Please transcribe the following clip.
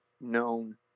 known